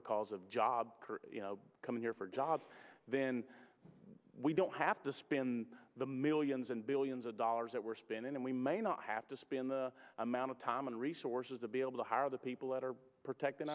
because of jobs coming here for jobs then we don't have to spin the millions and billions of dollars that we're spending and we may not have to spend the amount of time and resources to be able to hire the people that are protect